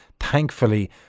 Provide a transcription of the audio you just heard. Thankfully